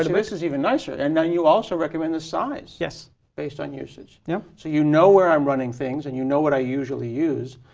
this is even nicer, and then you also recommend the size based on usage. yeah so, you know where i'm running things and you know what i usually use,